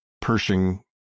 pershing